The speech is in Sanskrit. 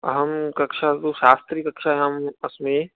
अहं कक्षा तु शास्त्री कक्षायाम् अस्मि